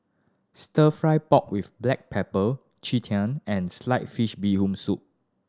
Stir Fry pork with black pepper tng and slice fish Bee Hoon Soup